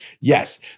Yes